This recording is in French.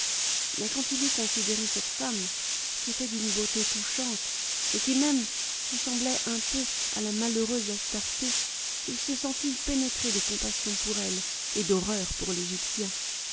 mais quand il eut considéré cette femme qui était d'une beauté touchante et qui même ressemblait un peu à la malheureuse astarté il se sentit pénétré de compassion pour elle et d'horreur pour l'égyptien